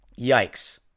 yikes